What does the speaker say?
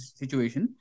situation